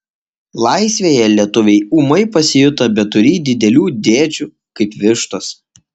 laisvėje lietuviai ūmai pasijuto beturį didelių dėčių kaip vištos